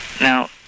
Now